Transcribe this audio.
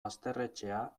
basterretxea